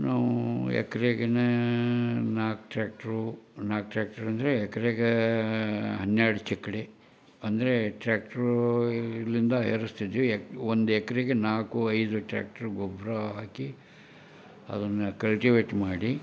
ನಾವು ಎಕರೆಗೇನೆ ನಾಲ್ಕು ಟ್ಯಾಕ್ಟ್ರು ನಾಲ್ಕು ಟ್ಯಾಕ್ಟ್ರ್ ಅಂದರೆ ಎಕರೆಗೆ ಹನ್ನೆರಡು ಚಕ್ಕಡಿ ಅಂದರೆ ಟ್ರ್ಯಾಕ್ಟ್ರು ಇಲ್ಲಿಂದ ಏರಿಸ್ತಿದ್ವಿ ಎ ಒಂದು ಎಕರೆಗೆ ನಾಲ್ಕು ಐದು ಟ್ಯಾಕ್ಟ್ರು ಗೊಬ್ಬರ ಹಾಕಿ ಅದನ್ನು ಕಲ್ಟಿವೇಟ್ ಮಾಡಿ